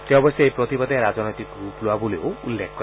তেওঁ অৱশ্যে এই প্ৰতিবাদে ৰাজনৈতিক ৰূপ লোৱা বুলিও উল্লেখ কৰে